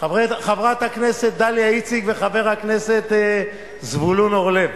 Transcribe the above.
חברת הכנסת דליה איציק וחבר הכנסת זבולון אורלב.